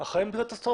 אבל החיים הם גיהינום.